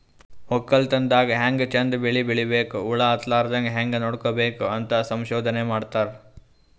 ವಕ್ಕಲತನ್ ದಾಗ್ ಹ್ಯಾಂಗ್ ಚಂದ್ ಬೆಳಿ ಬೆಳಿಬೇಕ್, ಹುಳ ಹತ್ತಲಾರದಂಗ್ ಹ್ಯಾಂಗ್ ನೋಡ್ಕೋಬೇಕ್ ಅಂತ್ ಸಂಶೋಧನೆ ಮಾಡ್ತಾರ್